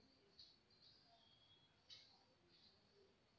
भारतीय जीवन बीमा निगम सबसे बड़ी स्वास्थ्य बीमा संथा है